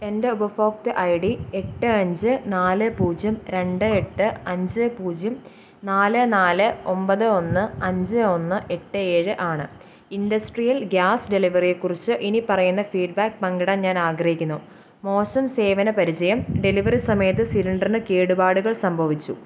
എൻ്റെ ഉപഭോക്തൃ I D എട്ട് അഞ്ച് നാല് പൂജ്യം രണ്ട് എട്ട് അഞ്ച് പൂജ്യം നാല് നാല് ഒമ്പത് ഒന്ന് അഞ്ച് ഒന്ന് എട്ട് ഏഴ് ആണ് ഇൻ്റഡസ്ട്രിയൽ ഗ്യാസ് ഡെലിവറിയെ കുറിച്ച് ഇനി പറയുന്ന ഫീഡ്ബാക്ക് പങ്കിടാൻ ഞാൻ ആഗ്രഹിക്കുന്നു മോശം സേവന പരിചയം ഡെലിവറി സമയത്ത് സിലിണ്ടറിന് കേടുപാടുകൾ സംഭവിച്ചു